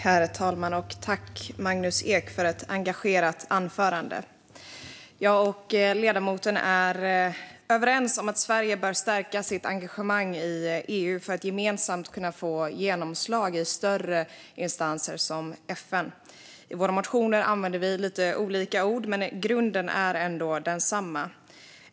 Herr talman! Tack, Magnus Ek, för ett engagerat anförande! Jag och ledamoten är överens om att Sverige bör stärka sitt engagemang i EU för att vi gemensamt ska kunna få genomslag i större instanser som FN. I våra motioner använder vi lite olika ord, men grunden är ändå densamma.